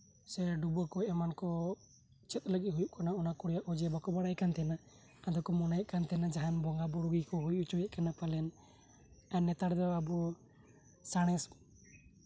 ᱥᱮ ᱰᱩᱵᱟᱹ ᱠᱚ ᱮᱢᱟᱱ ᱠᱚ ᱪᱮᱫ ᱞᱟᱜᱤᱫ ᱦᱳᱭᱳᱜ ᱠᱟᱱᱟ ᱚᱱᱟ ᱠᱚ ᱨᱮᱭᱟᱜ ᱚᱡᱮ ᱵᱟᱠᱚ ᱵᱟᱲᱟᱭ ᱠᱟᱱ ᱛᱟᱦᱮᱸᱫᱼᱟ ᱟᱫᱚ ᱠᱚ ᱢᱚᱱᱮᱭᱮᱫ ᱛᱟᱦᱮᱸᱫᱼᱟ ᱡᱟᱦᱟᱱ ᱵᱚᱸᱜᱟ ᱵᱩᱨᱩ ᱜᱮᱠᱚ ᱦᱳᱭ ᱦᱚᱪᱚᱭᱟᱫ ᱠᱟᱱᱟ ᱯᱟᱞᱮᱱ ᱟᱨ ᱱᱮᱛᱟᱨ ᱫᱚ ᱟᱵᱚ ᱥᱟᱬᱮᱥ